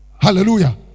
Hallelujah